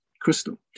crystal